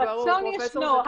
הרצון ישנו,